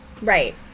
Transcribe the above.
Right